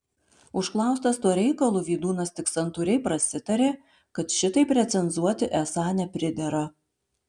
užklaustas tuo reikalu vydūnas tik santūriai prasitarė kad šitaip recenzuoti esą nepridera